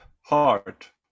heart